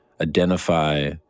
identify